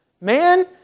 man